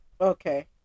okay